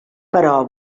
però